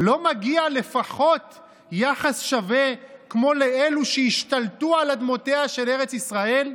לא מגיע לפחות יחס שווה כמו לאלו שהשתלטו על אדמותיה של ארץ ישראל?